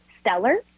Stellar